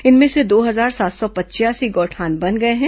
इनमें से दो हजार सात सौ पचयासी गौठान बन गए हैं